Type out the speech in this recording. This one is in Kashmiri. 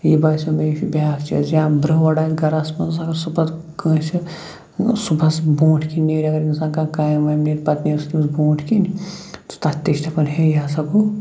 یہِ باسیو مےٚ یہِ چھُ بیٛاکھ چیٖز یا برٛور آسہِ گَرَس مَنٛز اگر سُہ پَتہٕ کٲنٛسہِ صُبحَس برٛونٛٹھ کِنۍ نیرِ اگر انسان کانٛہہ کامہِ وامہِ نیرِ پَتہٕ نیرِ سُہ تٔمِس برٛونٛٹھ کِنۍ تَتھ تہِ چھِ دَپان ہے یہِ ہَسا گوٚو